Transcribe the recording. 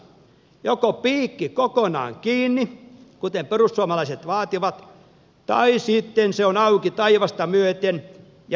joko piikki kokonaan kiinni kuten perussuomalaiset vaativat tai sitten se on auki taivasta myöten ja iankaikkisesti